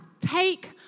take